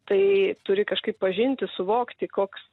tai turi kažkaip pažinti suvokti koks